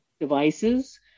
devices